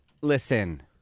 listen